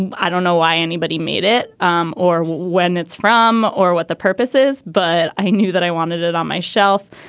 and i don't know why anybody made it um or when it's from or what the purposes but i knew that i wanted it on my shelf.